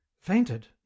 fainted